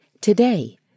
Today